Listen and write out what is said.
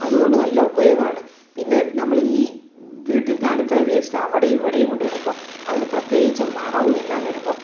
അതുകൊണ്ട് നല്ല ഉപയോഗമാണ് പിന്നെ നമ്മള് ഈ വീട്ടിലത്തെ അടുക്കള വേസ്റ്റ് അവിടെയും ഇവിടെയും കൊണ്ട് ഇടുമ്പോൾ അതിന് പ്രത്യേകിച്ച് മണവും എല്ലാം വരുമ്പോൾ